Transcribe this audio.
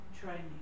Training